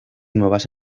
nuevas